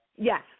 yes